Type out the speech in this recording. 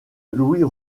louis